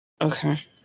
okay